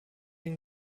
den